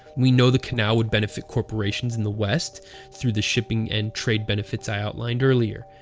we know the canal would benefit corporations in the west through the shipping and trade benefits i outlined earlier.